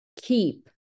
keep